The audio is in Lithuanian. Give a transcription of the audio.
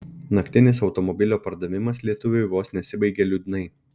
naktinis automobilio pardavimas lietuviui vos nesibaigė liūdnai